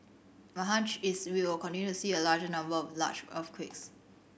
my hunch is we will continue to see a larger number of large earthquakes